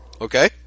Okay